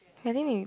I think we